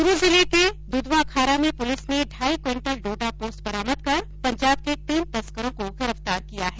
चुरू जिले के दुधवाखारा में पुलिस ने ढाई क्विंटल डोडा पोस्त बरामद कर पंजाब के तीन तस्करों को गिरफ्तार किया है